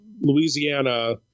Louisiana